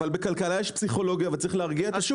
אבל בכלכלה יש פסיכולוגיה וצריך להרגיע את השוק.